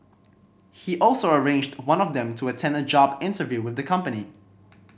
he also arranged one of them to attend a job interview with the company